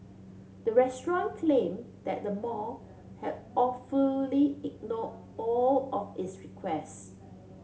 the restaurant claimed that the mall had all fully ignore all of its requests